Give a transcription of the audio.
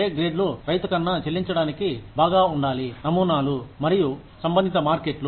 pay గ్రేడ్లురైతు కన్నా చెల్లించడానికి బాగా ఉండాలి నమూనాలు మరియు సంబంధిత మార్కెట్లు